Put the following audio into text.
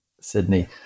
Sydney